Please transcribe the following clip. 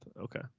Okay